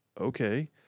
Okay